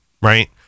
right